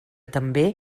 també